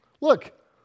Look